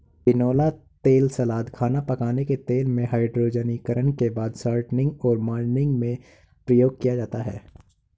बिनौला तेल सलाद, खाना पकाने के तेल में, हाइड्रोजनीकरण के बाद शॉर्टनिंग और मार्जरीन में प्रयोग किया जाता है